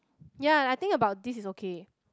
ya I think about this is okay